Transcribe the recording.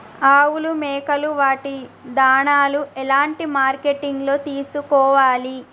ఆవులు మేకలు వాటి దాణాలు ఎలాంటి మార్కెటింగ్ లో తీసుకోవాలి?